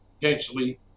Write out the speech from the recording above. potentially